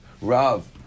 Rav